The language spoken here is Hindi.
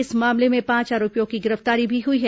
इस मामले में पांच आरोपियों की गिरफ्तारी भी हुई है